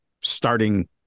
starting